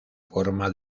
forma